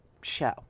show